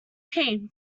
pain